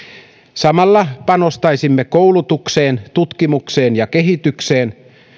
samalla panostaisimme koulutukseen tutkimukseen ja kehitykseen